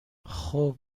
خوب